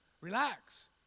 relax